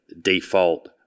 default